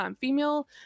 female